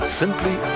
simply